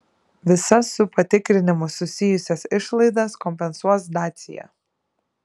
visas su patikrinimu susijusias išlaidas kompensuos dacia